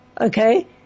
okay